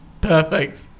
perfect